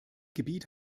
gebiet